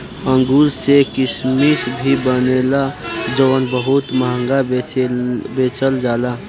अंगूर से किसमिश भी बनेला जवन बहुत महंगा बेचल जाला